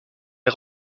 est